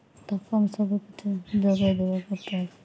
ତାକୁ ଆମେ ସବୁ କିଛି ଯୋଗାଇ ଦେବା କଥା